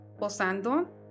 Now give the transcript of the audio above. posando